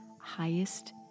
highest